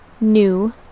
new